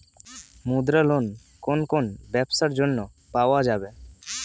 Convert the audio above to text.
মুদ্রা লোন কোন কোন ব্যবসার জন্য পাওয়া যাবে?